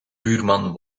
buurman